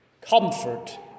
comfort